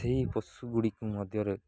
ସେଇ ପଶୁଗୁଡ଼ିକୁ ମଧ୍ୟରେ